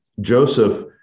Joseph